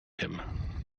him